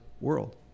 world